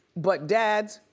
but dads,